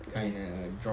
kind err drop